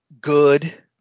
good